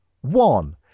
One